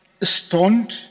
stoned